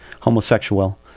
homosexual